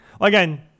Again